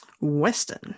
Western